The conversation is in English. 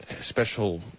special